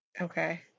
okay